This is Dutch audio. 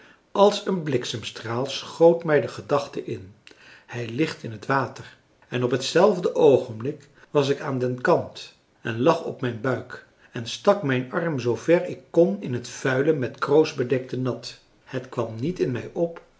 als een bliksemstraal schoot mij de gedachte in hij ligt in het water en op hetzelfde oogenblik was ik aan den kant en lag op mijn buik en stak mijn arm zoover ik kon in het vuile met kroos bedekte nat het kwam niet in mij op